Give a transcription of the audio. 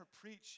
preach